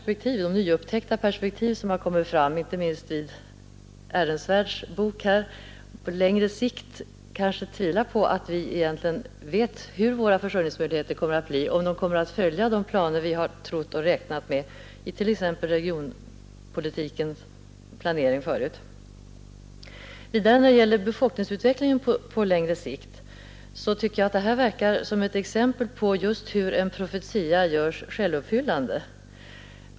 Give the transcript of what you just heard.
Med de nyupptäckta perspektiv som framkommit, inte minst i Ehrensvärds bok, kan man kanske tvivla på att vi vet hur våra försörjningsmöjligheter på längre sikt kommer att bli — om de kommer att följa vad vi har räknat med vid t.ex. regionpolitikens planering. Beträffande befolkningsutvecklingen på längre sikt tycker jag att detta verkar som ett exempel på just hur en profetia görs självuppfyllande.